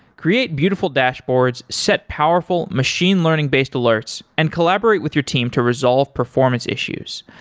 create beautiful dashboards, set powerful machine learning-based alerts and collaborate with your team to resolve performance issues.